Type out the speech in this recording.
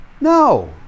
No